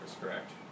correct